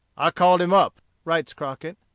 i called him up, writes crockett,